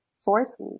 sources